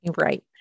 Right